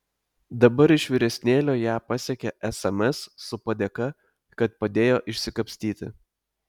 dabar iš vyresnėlio ją pasiekią sms su padėka kad padėjo išsikapstyti